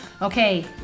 Okay